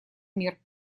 мир